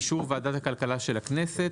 באישור ועדת הכלכלה של הכנסת,